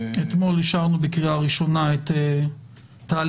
אתמול אישרנו בקריאה ראשונה את תהליך